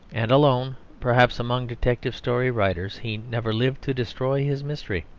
and alone, perhaps, among detective-story writers, he never lived to destroy his mystery.